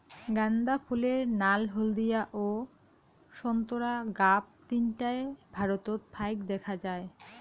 গ্যান্দা ফুলের নাল, হলদিয়া ও সোন্তোরা গাব তিনটায় ভারতত ফাইক দ্যাখ্যা যায়